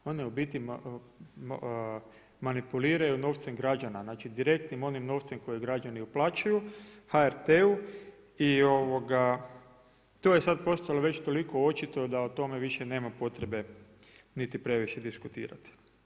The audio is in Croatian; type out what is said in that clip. One u biti manipuliraju novcem građana, znači direktnim onim novcem koje građani uplaćuju HRT-u i to je sad postalo već toliko očito da o tome više nema potrebe niti previše diskutirati.